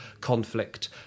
conflict